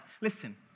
listen